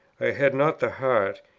i had not the heart,